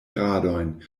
gradojn